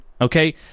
okay